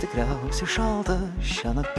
tikriausiai šalta šiąnakt